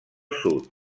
sud